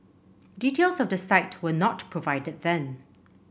details of the site were not provided then